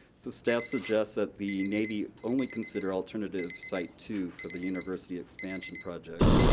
so staff suggests that the navy only consider alternative site two for the university expansion project.